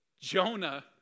Jonah